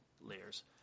layers